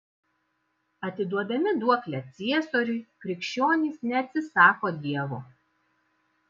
atiduodami duoklę ciesoriui krikščionys neatsisako dievo